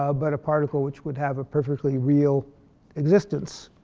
ah but particle which would have a perfectly real existence.